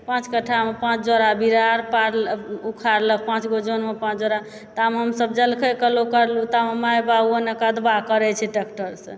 पाँच कट्ठामे पाँच जोड़ा बीरार पाड़ल उखाड़लक पाँचगो जोन मऽ पाँच जोड़ा तामे हमसभ जलखै करलू तामे माइ बाप ओने कदबा करै छै टेक्टरसँ